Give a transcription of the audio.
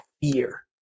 fear